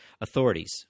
authorities